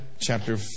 chapter